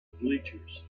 bleachers